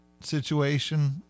situation